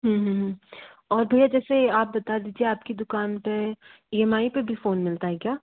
और भैया जैसे आप बता दीजिए आपकी दुकान पे ई एम आई पे भी फ़ोन मिलता है क्या